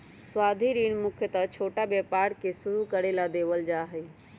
सावधि ऋण मुख्यत छोटा व्यापार के शुरू करे ला देवल जा हई